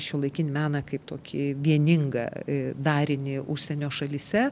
šiuolaikinį meną kaip tokį vieningą e darinį užsienio šalyse